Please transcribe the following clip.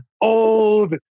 Old